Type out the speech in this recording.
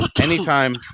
anytime